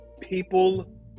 people